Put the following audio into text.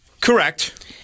Correct